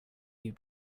you